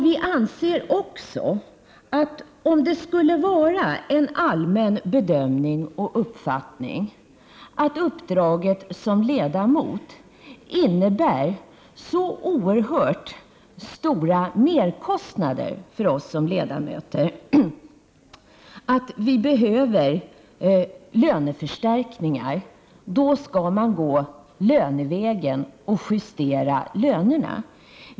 Vi anser också att om det skulle vara en allmän bedömning att uppdraget medför så oerhört stora merkostnader för oss ledamöter att vi behöver löneförstärkningar, skall man i stället justera just lönerna.